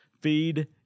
feed